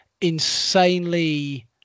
insanely